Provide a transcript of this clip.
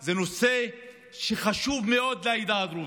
הוא נושא שחשוב מאוד לעדה הדרוזית,